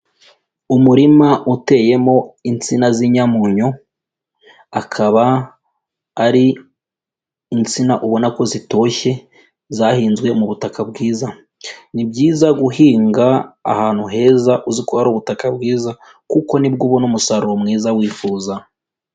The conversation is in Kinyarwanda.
Umurima uteyemo insina z'inyamunyu, akaba ari insina ubona ko zitoshye zahinzwe mu butaka bwiza. Ni byiza guhinga ahantu heza uzi ko ari ubutaka bwiza kuko ni bwo ubona umusaruro mwiza wifuza.